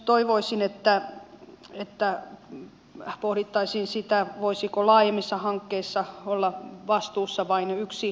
toivoisin että pohdittaisiin myös sitä voisiko laajemmissa hankkeissa olla vastuussa vain yksi ely keskus